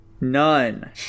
None